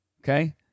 Okay